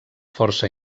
força